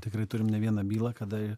tikrai turim ne vieną bylą kada